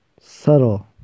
subtle